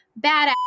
badass